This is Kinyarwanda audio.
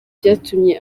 byatumye